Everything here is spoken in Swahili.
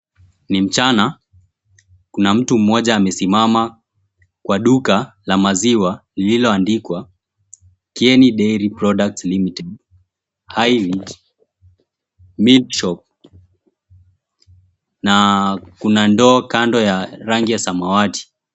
Ni mchana, kuna mtu mmoja amesimama kwa duka la maziwa lililoandikwa, Kieni Dairy Products Limited Highridge Milk Shop na kuna ndoo kando ya rangi ya samawati.